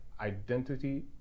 identity